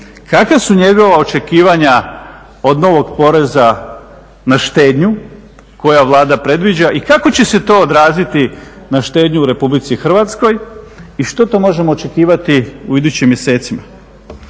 Kakva su njegova očekivanja od novog poreza na štednju kojeg Vlada predviđa i kako će se to odraziti na štednju u Republici Hrvatskoj i što to možemo očekivati u idućim mjesecima.